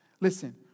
Listen